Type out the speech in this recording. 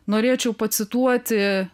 norėčiau pacituoti